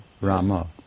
Rama